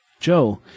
Joe